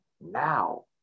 Now